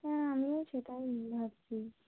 হ্যাঁ আমিও সেটাই ভাবছি